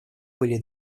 были